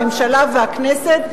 הממשלה והכנסת,